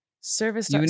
service